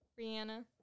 Rihanna